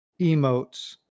emotes